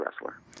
wrestler